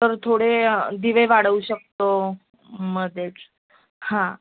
तर थोडे दिवे वाढवू शकतो मध्येच हां